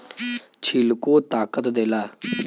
छिलको ताकत देला